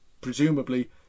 presumably